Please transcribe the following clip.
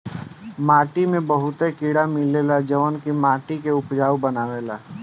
माटी में बहुते कीड़ा मिलेला जवन की माटी के उपजाऊ बनावेला